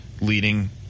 leading